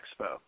Expo